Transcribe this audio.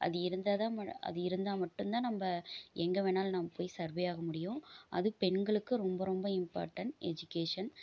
அது இருந்தாதான் அது இருந்தால் மட்டுந்தான் நம்ப எங்கே வேணாலும் நம் போய் சர்வே ஆக முடியும் அதுவும் பெண்களுக்கு ரொம்ப ரொம்ப இம்பார்ட்டண்ட் எஜிகேஷன்